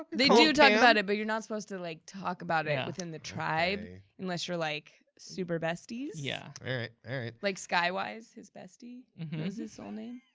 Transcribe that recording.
they do talk about it but you're not suppose to like, talk about it within the tribe, unless you're like, super besties. yeah yeah like skywise, his bestie, knows his soul name.